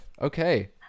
Okay